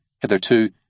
hitherto